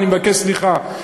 אני מבקש סליחה.